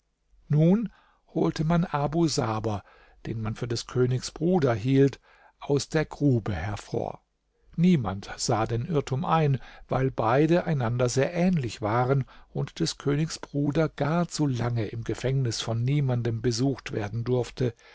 nun holte man abu saber den man für des königs bruder hielt aus der grube hervor niemand sah den irrtum ein weil beide einander sehr ähnlich waren und des königs bruder gar zu lange im gefängnis von niemandem besucht werden durfte